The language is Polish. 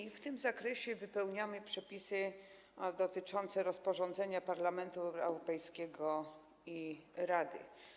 I w tym zakresie wypełniamy przepisy dotyczące rozporządzenia Parlamentu Europejskiego i Rady.